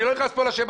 אני לא נכנס פה לשם.